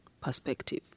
perspective